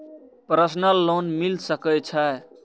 Personal loan मिल सके छे?